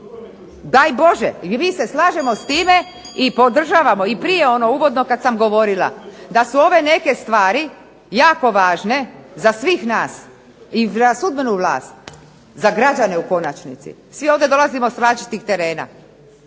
Daj Bože, mi se slažemo s time i podržavamo. I prije ono uvodno kad sam govorila da su ove neke stvari jako važne za svih nas i za sudbenu vlast, za građane u konačnici. Svi ovdje dolazimo s različitih terena.